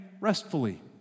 restfully